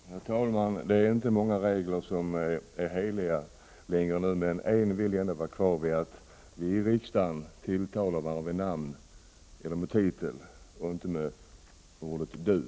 Herr talman! Det är inte många regler som är heliga nu längre, men en finns kvar, nämligen den att vi i riksdagen tilltalar varandra med namn eller titel och inte med ordet du.